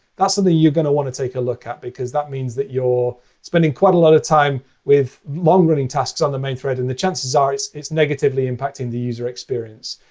that's something you're going to want to take a look at, because that means that your spending quite a lot of time with long-running tasks on the main thread. and the chances are, it's it's negatively impacting the user experience.